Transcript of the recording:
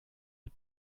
mit